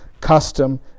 custom